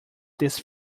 this